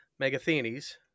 Megathenes